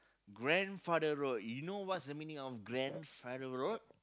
grandfather road you know what's the meaning of grandfather road